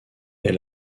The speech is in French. est